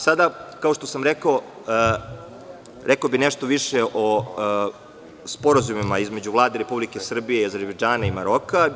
Sada, kao što sam rekao, rekao bih nešto više o sporazumima između Vlade Republike Srbije i Azerbejdžana i Maroka.